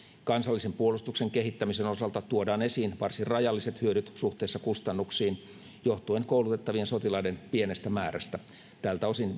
kansallisen puolustuksen kehittämisen osalta tuodaan esiin varsin rajalliset hyödyt suhteessa kustannuksiin johtuen koulutettavien sotilaiden pienestä määrästä viitaten tältä osin